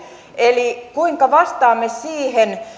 eli kuinka vastaamme siihen